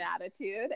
attitude